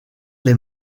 les